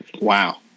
wow